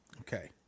Okay